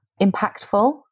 impactful